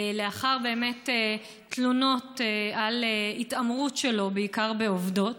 לאחר תלונות על התעמרות שלו, בעיקר בעובדות,